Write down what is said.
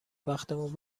بختمون